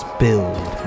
build